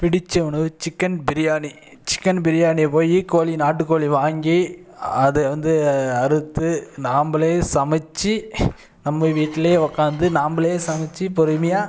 பிடிச்ச உணவு chicken biryani chicken பிரியாணியை போய் கோழி நாட்டு கோழி வாங்கி அது வந்து அறுத்து நாம்பளே சமைச்சு நம்ம வீட்லே உக்காந்து நாம்பளே சமைச்சு பொறுமையாக